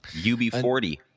UB40